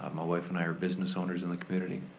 ah my wife and i are business owners in the community.